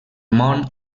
món